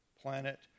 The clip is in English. planet